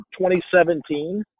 2017